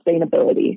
sustainability